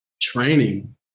training